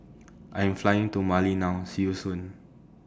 I'm Flying to Mali now See YOU Soon